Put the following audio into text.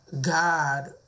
God